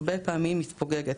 הרבה פעמים מתפוגגת.